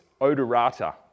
odorata